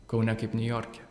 kaune kaip niujorke